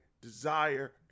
desire